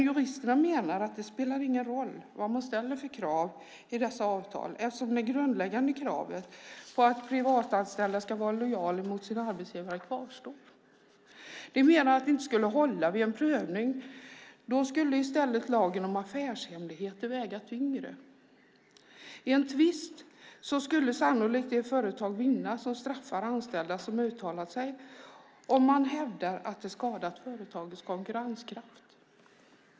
Juristerna menar dock att det inte spelar någon roll vad man ställer för krav i dessa avtal eftersom det grundläggande kravet på att privatanställda ska vara lojala mot sina arbetsgivare kvarstår. De menar att det inte skulle hålla vid en prövning. Då skulle i stället lagen om affärshemligheten väga tyngre. I en tvist skulle sannolikt det företag vinna som straffar anställda som har uttalat sig om man hävdar att det skadat företagets konkurrenskraft.